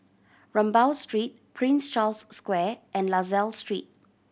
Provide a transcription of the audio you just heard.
Rambau Street Prince Charles Square and La Salle Street